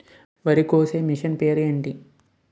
వరి కోసే మిషన్ పేరు ఏంటి